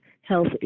health